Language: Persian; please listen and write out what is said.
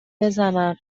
بزنماینا